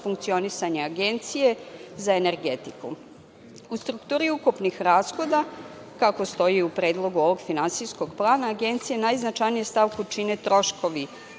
funkcionisanje agencije za energetiku.U strukturi ukupnih rashoda, kako stoji u predlogu ovog finansijskog plana Agencije, najznačajniju stavku čine troškovi